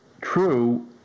true